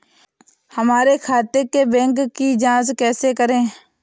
हमारे खाते के बैंक की जाँच कैसे करें?